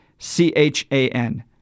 C-H-A-N